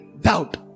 doubt